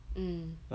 mm